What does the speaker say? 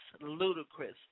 ludicrous